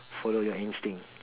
follow your instinct